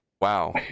wow